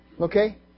Okay